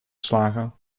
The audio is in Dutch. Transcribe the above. slagen